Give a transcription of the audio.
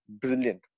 brilliant